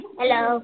hello